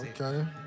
okay